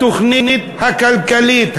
התוכנית הכלכלית,